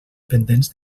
pendents